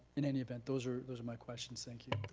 in any event, those are those are my questions, thank you.